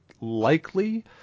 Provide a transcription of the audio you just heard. likely